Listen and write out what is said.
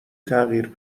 تغییر